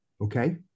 Okay